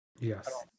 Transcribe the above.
Yes